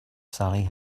sally